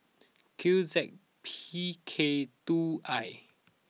Q Z P K two I